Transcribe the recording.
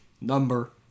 number